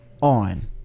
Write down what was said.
on